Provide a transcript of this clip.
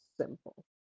simple